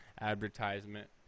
advertisement